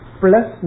plus